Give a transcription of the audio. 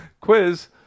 quiz